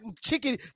chicken